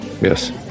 Yes